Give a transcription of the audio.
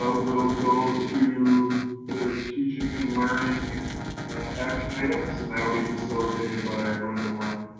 ah we'll go to the teaching and learning action items, and that will be facilitated by brenda warren.